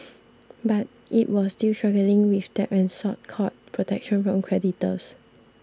but it was still struggling with debt and sought court protection from creditors